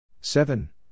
Seven